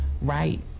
right